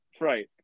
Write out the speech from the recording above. right